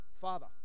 Father